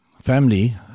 family